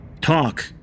Talk